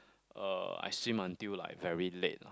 uh I swim until like very late lah